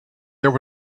there